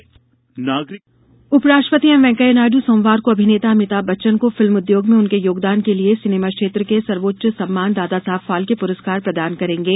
फाल्के पुरस्कार उपराष्ट्रपति एम वेंकैया नायड् सोमवार को अभिनेता अमिताभ बच्चन को फिल्म उद्योग में उनके योगदान के लिए सिनेमा क्षेत्र के सर्वोच्च सम्मान दादा साहब फाल्के प्रस्कार प्रदान करेंगे